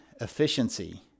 efficiency